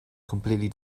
completely